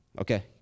Okay